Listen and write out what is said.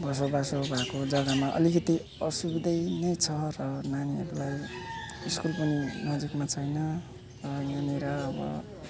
बसोबासो भएको जगामा अलिकति असुविधा नै छ र नानीहरूलाई स्कुल पनि नजिकमा छैन र यहाँनेर अब